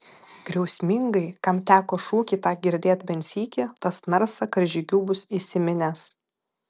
griausmingai kam teko šūkį tą girdėt bent sykį tas narsą karžygių bus įsiminęs